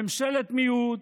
ממשלת מיעוט,